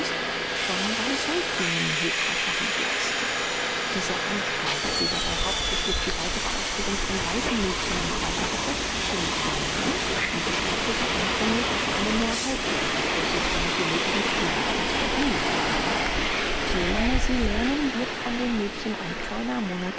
schon bei säuglingen hülfreiche hand leisten diese anstalt die dabei hauptsächlich die weitere ausbildung von waisenmädchen im auge hatte fing klein an und beschränkte sich anfänglich auf einen nur halbjährlichen cursus damit die mädchen früher an's verdienen kamen so lange sie lernen wird von den mädchen ein kleiner